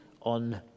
on